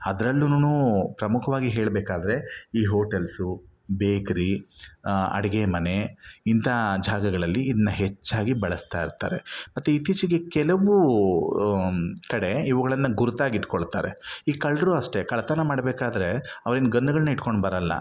ಅದರಲ್ಲೂನು ಪ್ರಮುಖವಾಗಿ ಹೇಳ್ಬೇಕಾದರೆ ಈ ಹೋಟೆಲ್ಸು ಬೇಕ್ರಿ ಅಡುಗೆ ಮನೆ ಇಂತಹ ಜಾಗಗಳಲ್ಲಿ ಇದನ್ನ ಹೆಚ್ಚಾಗಿ ಬಳಸ್ತಾಯಿರ್ತಾರೆ ಮತ್ತು ಇತ್ತೀಚೆಗೆ ಕೆಲವು ಕಡೆ ಇವುಗಳನ್ನು ಗುರುತಾಗಿಟ್ಕೊಳ್ತಾರೆ ಈ ಕಳ್ಳರು ಅಷ್ಟೇ ಕಳ್ಳತನ ಮಾಡಬೇಕಾದ್ರೆ ಅವರೇನು ಗನ್ಗಳನ್ನ ಇಟ್ಕೊಂಡು ಬರಲ್ಲ